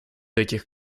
этих